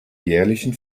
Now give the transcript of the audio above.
jährlichen